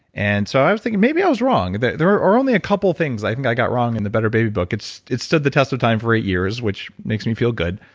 and so i was thinking maybe i was wrong there. there are only a couple of things i think i got wrong in the better baby book. it stood the test of time for eight years, which makes me feel good.